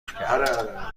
کرد